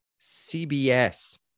CBS